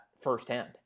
firsthand